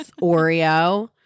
oreo